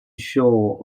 shore